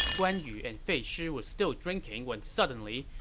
guan yu and fei shi were still drinking when suddenly,